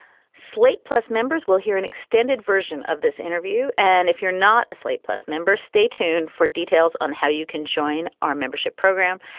slate plus members will hear an extended version of this interview and if you're not a slate plus member stay tuned for details on how you can join our membership program.